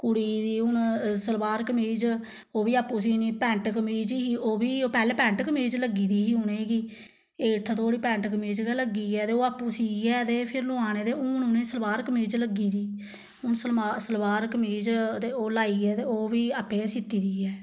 कुड़ी दी हून सलवार कमीज ओह् बी आपूं सीनी पैंट कमीज ही ओह् बी पैहलै पैंट कमीज लग्गी दी ही उ'नें गी एड्थ धोड़ी पैंट कमीज गै लग्गी ऐ ते ओह् आपूं सीए ते फिर लोआने ते हून उ'नेंगी सलवार कमीज लग्गी दी हून सलवार सलवार कमीज दे ओह् लाइयै ते ओह् बी आपें गै सीती दी ऐ